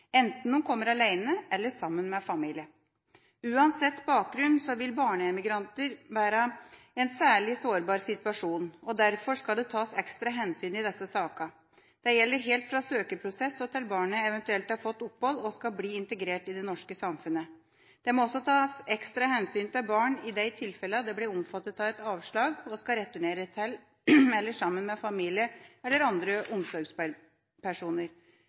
enten de kommer alene eller sammen med familie. Uansett bakgrunn vil barnemigranter være i en særlig sårbar situasjon – og derfor skal det tas ekstra hensyn i disse sakene. Det gjelder helt fra søkeprosessen og til barnet eventuelt har fått opphold og skal bli integrert i det norske samfunnet. Det må også tas ekstra hensyn til barn i de tilfellene de blir omfattet av et avslag og skal returnere til – eller sammen med – familie eller andre